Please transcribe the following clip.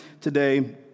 today